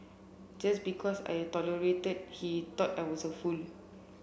just because I tolerated he thought I was a fool